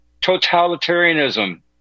totalitarianism